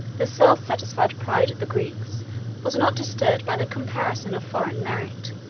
the self-satisfied pride of the greeks was not disturbed by the comparison of foreign merit